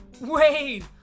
Wait